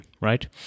right